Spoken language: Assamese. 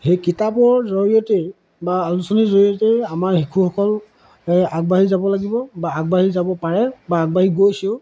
সেই কিতাপৰ জৰিয়তে বা আলোচনীৰ জৰিয়তে আমাৰ শিশুসকল আগবাঢ়ি যাব লাগিব বা আগবাঢ়ি যাব পাৰে বা আগবাঢ়ি গৈছেও